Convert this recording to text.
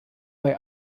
bei